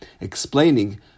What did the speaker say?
explaining